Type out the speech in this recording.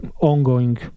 ongoing